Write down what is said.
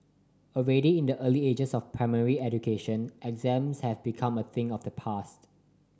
already in the early stages of primary education exams have become a thing of the past